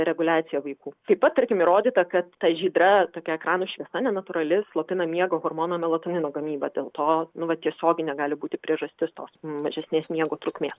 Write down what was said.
reguliacija vaikų taip pat tarkim įrodyta kad ta žydra tokia ekranų šviesa nenatūrali slopina miego hormono melatonino gamybą dėl to nu vat tiesioginė gali būti priežastis tos mažesnės miego trukmės